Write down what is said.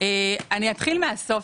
נתחיל מהסוף